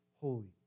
holy